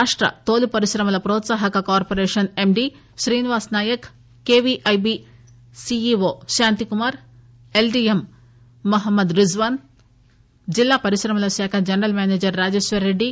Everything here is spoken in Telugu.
రాష్ట తోలు పరిశ్రమల ప్రోత్సాహక corporation MD Srinivas Nayak KVIB CEO Shantikumar LDM Mohammad Rizwan జిల్లా పరిశ్రమల శాఖ జనరల్ మేనేజర్ రాజేశ్వర్రెడ్డి